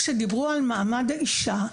כשדיברו על מעמד האישה,